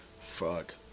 Fuck